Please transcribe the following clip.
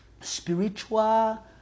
spiritual